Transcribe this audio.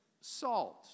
salt